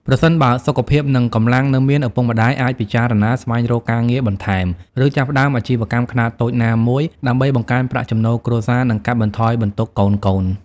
ប្រសិនបើសុខភាព និងកម្លាំងនៅមាន ឪពុកម្ដាយអាចពិចារណាស្វែងរកការងារបន្ថែម ឬចាប់ផ្ដើមអាជីវកម្មខ្នាតតូចណាមួយ ដើម្បីបង្កើនប្រាក់ចំណូលគ្រួសារ និងកាត់បន្ថយបន្ទុកកូនៗ។